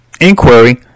inquiry